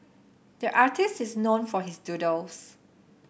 the artist is known for his doodles